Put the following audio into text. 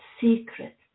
secret